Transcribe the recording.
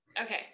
Okay